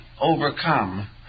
overcome